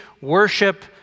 worship